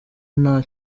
nta